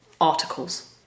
articles